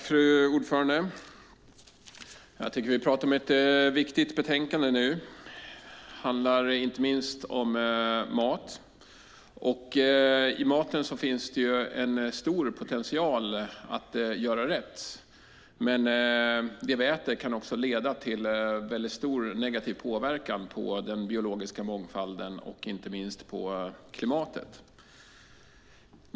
Fru talman! Jag tycker att vi pratar om ett viktigt betänkande. Det handlar inte minst om maten. I maten finns det en stor potential att göra rätt. Men det vi äter kan också leda till stor negativ påverkan på den biologiska mångfalden och inte minst klimatet.